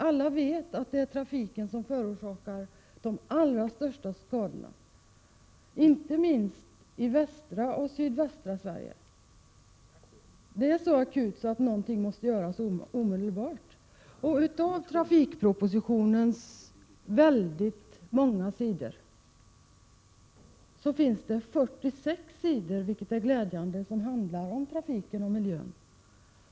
Alla vet ju att det är trafiken som förorsakar de allra största skadorna, inte minst i västra och sydvästra Sverige. Det är så akut att någonting måste göras omedelbart. Av trafikpropositionens många sidor handlar 46 sidor — vilket är glädjande — om trafiken och miljön.